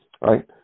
right